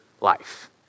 life